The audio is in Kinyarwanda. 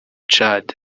tchad